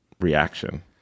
reaction